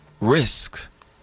risk